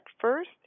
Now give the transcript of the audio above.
first